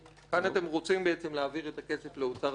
כאן אתם רוצים להעביר את הכסף לאוצר המדינה,